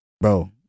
bro